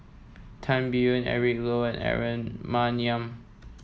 Tan Biyun Eric Low and Aaron Maniam